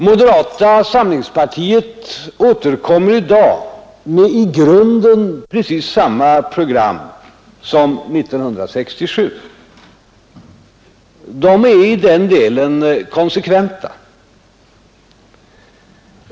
Moderata samlingspartiet återkommer i dag med i grunden precis samma program som 1967. Partiet är i den delen konsekvent.